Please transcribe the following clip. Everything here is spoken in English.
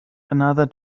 another